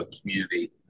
community